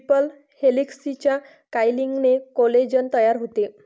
triple हेलिक्सच्या कॉइलिंगने collagen तयार होते